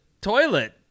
toilet